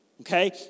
Okay